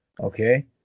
Okay